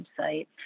website